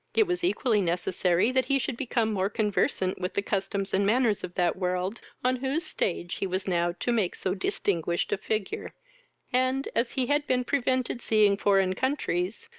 it was equally necessary that he should become more conversant with the customs and manners of that world, on whose stage he was now to make so distinguished a figure and, as he had been prevented seeing foreign countries,